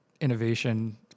innovation